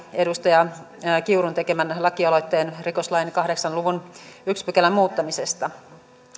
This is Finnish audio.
edustaja kiurun tekemän lakialoitteen rikoslain kahdeksan luvun ensimmäisen pykälän muuttamisesta